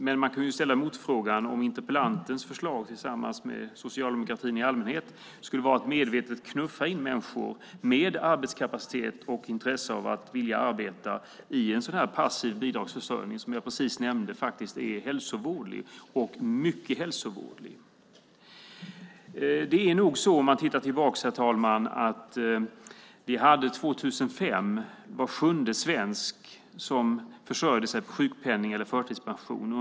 Man kan dock ställa motfrågan om interpellantens förslag tillsammans med socialdemokratin i allmänhet skulle vara att medvetet knuffa människor med arbetskapacitet och intresse av att arbeta in i den passiva bidragsförsörjning som jag precis nämnde är mycket hälsovådlig. År 2005, herr talman, försörjde sig var sjunde svensk på sjukpenning eller förtidspension.